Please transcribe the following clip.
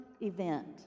event